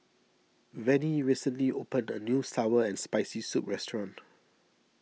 Vennie recently opened a new Sour and Spicy Soup restaurant